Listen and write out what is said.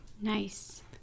Nice